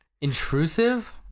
intrusive